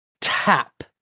tap